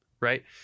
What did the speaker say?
Right